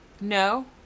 No